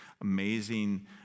amazing